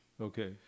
Okay